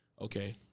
okay